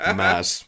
mass